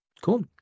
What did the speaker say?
cool